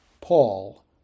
Paul